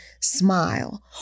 smile